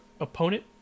opponent